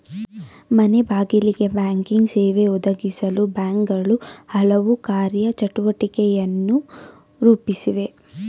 ಮನೆಬಾಗಿಲಿಗೆ ಬ್ಯಾಂಕಿಂಗ್ ಸೇವೆ ಒದಗಿಸಲು ಬ್ಯಾಂಕ್ಗಳು ಹಲವು ಕಾರ್ಯ ಚಟುವಟಿಕೆಯನ್ನು ರೂಪಿಸಿವೆ